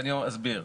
אני אסביר.